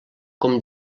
com